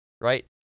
right